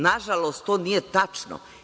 Nažalost, to nije tačno.